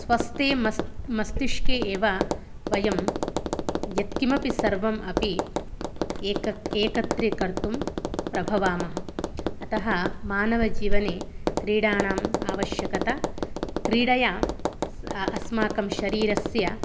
स्वस्थे मस् मस्तिष्के एव वयं यत् किमपि सर्वम् अपि एकत्र एकत्रिकर्तुं प्रभवामः अतः मानवजीवने क्रीडाणाम् आवश्यकता क्रीडया अस्माकं शरीरस्य